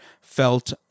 felt